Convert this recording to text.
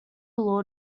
law